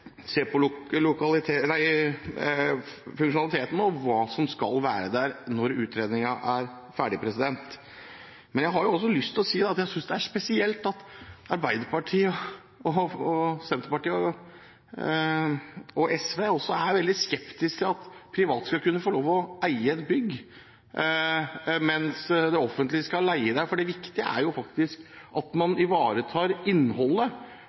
se på funksjonalitet, og hva som skal være der, når utredningen er ferdig. Jeg har også lyst til å si at jeg synes det er spesielt at Arbeiderpartiet, Senterpartiet og SV er veldig skeptiske til at private skal kunne få lov til å eie et bygg der det offentlige skal leie. Det viktige er jo at man ivaretar innholdet